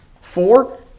Four